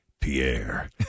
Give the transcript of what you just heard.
Pierre